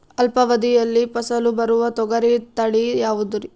ಅಲ್ಪಾವಧಿಯಲ್ಲಿ ಫಸಲು ಬರುವ ತೊಗರಿ ತಳಿ ಯಾವುದುರಿ?